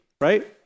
right